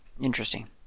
Interesting